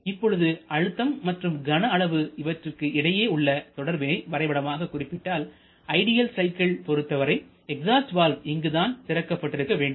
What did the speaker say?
இப்பொழுது அழுத்தம் மற்றும் கன அளவு இவற்றிற்கு இடையே உள்ள தொடர்பினை வரைபடமாக குறிப்பிட்டால்ஐடியல் சைக்கிள் பொருத்தவரை எக்ஸாஸ்ட் வால்வு இங்குதான் திறக்கப்பட்டு இருக்க வேண்டும்